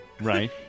Right